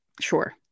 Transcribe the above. Sure